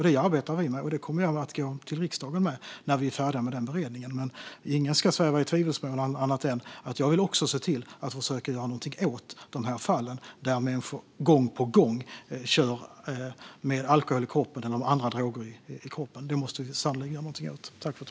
Det arbetar vi med, och det kommer jag att gå till riksdagen med när vi är färdiga med beredningen. Ingen ska sväva i tvivelsmål om att jag också vill se till att försöka göra någonting åt de här fallen, där människor gång på gång kör med alkohol eller andra droger i kroppen. Detta måste vi sannerligen göra någonting åt.